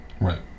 Right